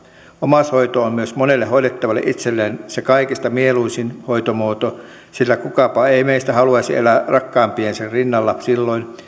omaishoito on myös monelle hoidettavalle itselleen se kaikista mieluisin hoitomuoto sillä kukapa meistä ei haluaisi elää rakkaimpiensa rinnalla silloin